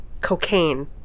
cocaine